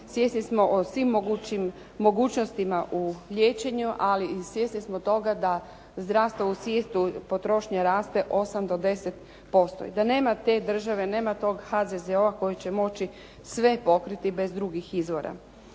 svjesni smo o svim mogućim, mogućnostima u liječenju ali svjesni smo toga da zdravstvo u svijetu, potrošnja raste 8 do 10% i da nema te države, nema tog HZZO-a koji će moći sve pokriti bez drugog izvora.